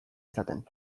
izaten